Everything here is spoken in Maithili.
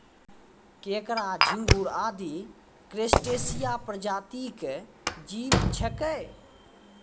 केंकड़ा, झिंगूर आदि क्रस्टेशिया प्रजाति के जीव छेकै